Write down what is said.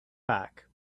back